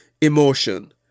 emotion